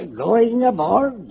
boys in the bar.